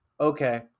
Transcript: okay